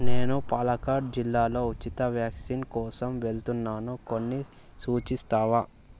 నేను పాలక్కాడ్ జిల్లాలో ఉచిత వ్యాక్సిన్ కోసం వెళ్తున్నాను కొన్ని సూచిస్తావా